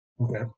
Okay